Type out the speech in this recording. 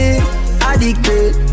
Addicted